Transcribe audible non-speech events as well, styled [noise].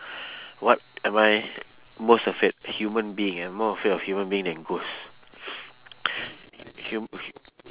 what am I most afraid human being I'm more afraid of human being than ghost [noise] h~ hu~ hu~